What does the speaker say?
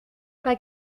pas